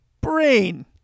brain